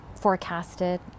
forecasted